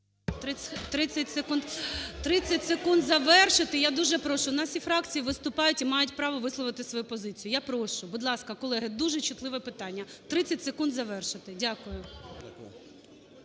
30 секунд завершити. Я дуже прошу. У нас всі фракції виступають і мають право висловити свою позицію. Я прошу, будь ласка, колеги, дуже чутливе питання. 30 секунд завершити. Дякую.